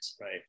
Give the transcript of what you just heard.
Right